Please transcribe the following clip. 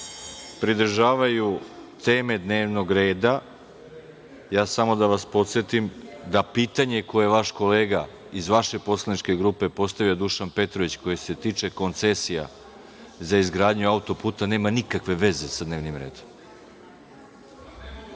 pridržavaju teme dnevnog reda, ja samo da vas podsetim da pitanje koje je vaš kolega iz vaše poslaničke grupe postavio, Dušan Petrović, koje se tiče koncesija za izgradnju autoputa, nema nikakve veze sa dnevnim redom.(Dušan